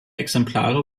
exemplare